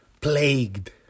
plagued